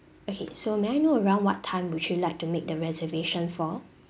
okay so may I know around what time would you like to make the reservation for